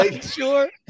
sure